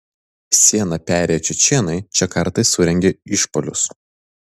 sieną perėję čečėnai čia kartais surengia išpuolius